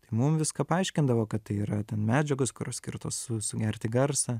tai mum viską paaiškindavo kad tai yra medžiagos kurios skirtos su sugerti garsą